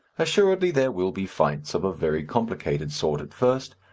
assuredly there will be fights of a very complicated sort at first,